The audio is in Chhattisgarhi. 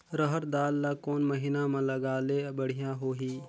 रहर दाल ला कोन महीना म लगाले बढ़िया होही?